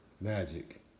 Magic